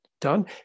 done